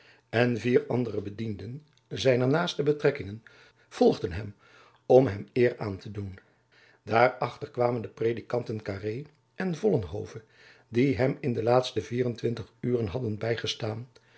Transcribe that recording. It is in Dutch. en vier andere bedienden zijner naaste betrekkingen volgden hem om hem eer aan te doen daar achter kwamen de predikanten carré en vollenhove die hem in de laatste vier-en-twintig uren hadden bygestaan